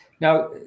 Now